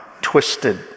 twisted